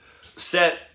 set